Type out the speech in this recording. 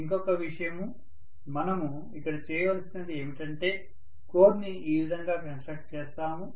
ఇంకొక విషయము మనము ఇక్కడ చేయవలసినది ఏమిటంటే కోర్ ని ఈ విధంగా కన్స్ట్రక్ట్ చేస్తాము